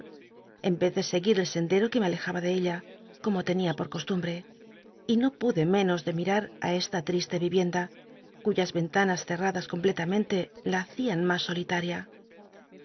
en yez de seguir el sendero que me alejaba de ella como tenia por costumbre y no pude menos de mimr á esta triste virienda cuyas enlanas cerradas completamente lit hacían mas solitaria